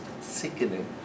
sickening